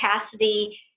capacity